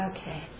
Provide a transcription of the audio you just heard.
Okay